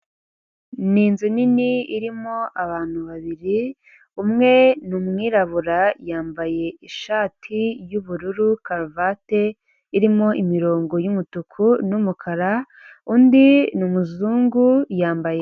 Ni inzu nini irimo abantu babiri umwe n’ umwirabura yambaye ishati y’ ubururu karuvati irimo imirongo y’ umutuku n’ umukara undi n’ umuzungu yambaye.